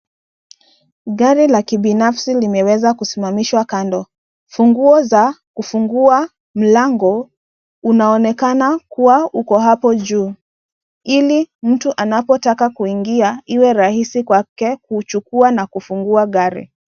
Gari la kibinafsi limeweza kusimamishwa kando. Funguo za kufungua mlango unaonekana kuwa uko hapo juu, ili mtu anapotaka kuingia iwe rahisi kwake kuchukua na kufungua gari.